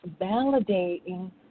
validating